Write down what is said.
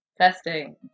testing